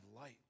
light